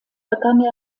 begann